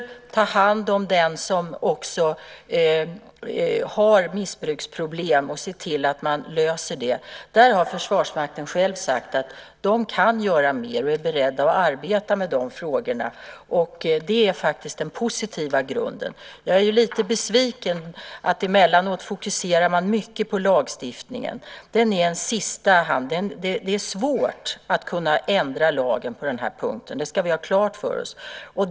Det gäller att ta hand om den som har missbruksproblem och se till att man löser det. Där har Försvarsmakten själv sagt att den kan göra mer och är beredd att arbeta med de frågorna. Det är den positiva grunden. Jag är lite besviken på att man emellanåt fokuserar mycket på lagstiftningen. Det ska man använda i sista hand. Det är svårt att ändra lagen på den här punkten. Det ska vi ha klart för oss.